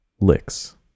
licks